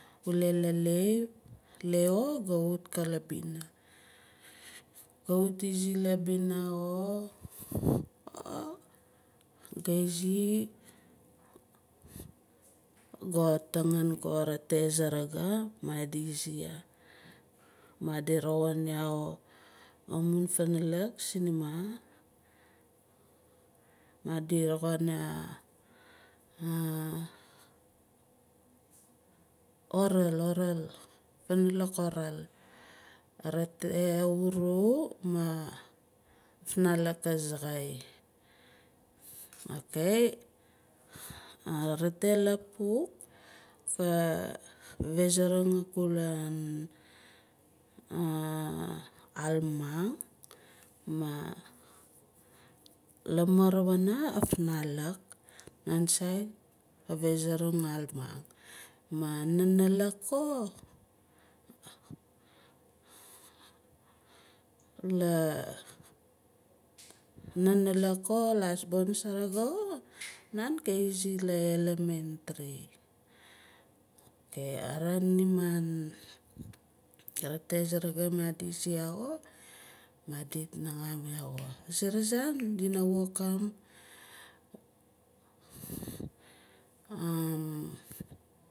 Kula la lae, lae xo ga wut ko laina ga wut labina xo ga izi ga tangin ko arete saraga madi izi ya madi roxin ya xo amun funalak sinima madir roxin ya auvul auvul funalak auvul arete avua mah afnalak azaxai ok arete lapuk ka vazaring akulang almang ma lamu wana afnalak nan sait ka vazaring almang man nan nalak ko nan ka izi la elementary ok avaan niman rete saraga madi izi yan xo madi iat ngaan yah xo azere zaan dina wokim um.